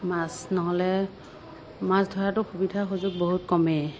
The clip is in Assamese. মাছ নহ'লে মাছ ধৰাতো সুবিধা সুযোগ বহুত কমে